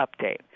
update